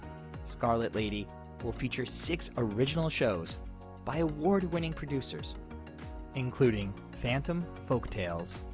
scarlet lady will feature six original shows by award-winning producers including phantom folktales,